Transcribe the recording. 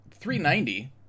390